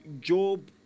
Job